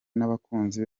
n’abakunzi